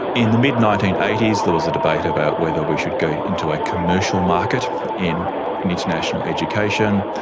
in the mid nineteen eighty s there was a debate about whether we should go into a commercial market in in international education.